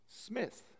Smith